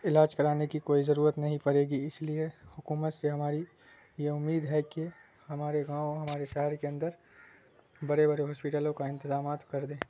علاج کرانے کی کوئی ضرورت نہیں پڑے گی اس لیے حکومت سے ہماری یہ امید ہے کہ ہمارے گاؤں ہمارے شہر کے اندر بڑے بڑے ہاسپیٹلوں کا انتظامات کر دیں